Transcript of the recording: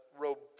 robust